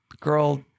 Girl